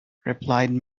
replied